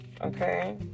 Okay